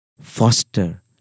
Foster